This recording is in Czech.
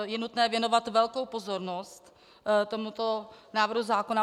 Je nutné věnovat velkou pozornost tomuto návrhu zákona.